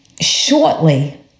Shortly